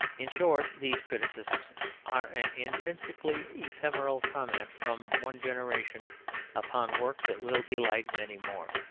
in short, these criticisms are an intrinsically ephemeral comment from one generation upon work that will delight many more.